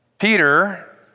Peter